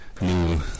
new